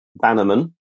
bannerman